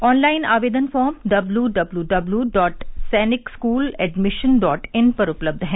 online आवेदन form W W W dot सैनिक school admission dot in पर उपलब्ध है